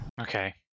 Okay